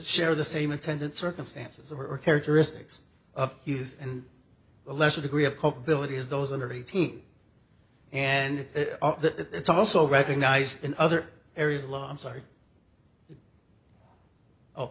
share the same intended circumstances or characteristics of youth and a lesser degree of culpability as those under eighteen and that it's also recognized in other areas law i'm sorry o